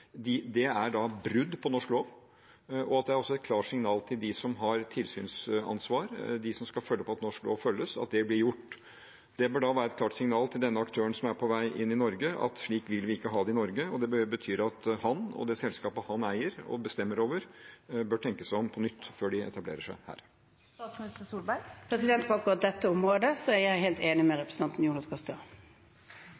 skal følge opp at norsk lov følges, at det blir gjort. Det bør være et klart signal til denne aktøren som er på vei inn i Norge, at slik vil vi ikke ha det i Norge. Det betyr at han og det selskapet han eier og bestemmer over, bør tenke seg om på nytt før de etablerer seg her. På akkurat dette området er jeg helt enig med